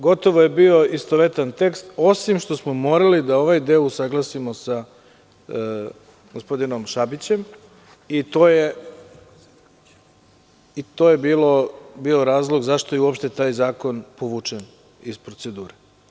Gotovo je bio istovetan tekst osim što smo morali da ovaj deo usaglasimo sa gospodinom Šabićem, i to je bio razlog zašto je uopšte taj zakon povučen iz procedure.